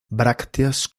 brácteas